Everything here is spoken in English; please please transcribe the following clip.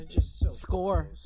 Score